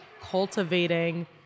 cultivating